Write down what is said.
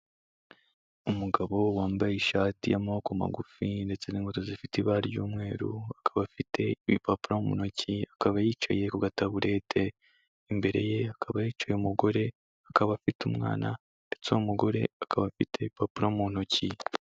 Umugabo wambaye ishati y'amaboko magufi, ndetse n'inkweto zifite ibara ry'umweru, akaba afite ibipapuro mu ntoki, akaba yicaye ku gataburete, imbere ye hakaba hicaye umugore, akaba afite umwana, ndetse uwo mugore akaba afite ibipapuro mu ntoki.